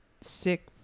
sick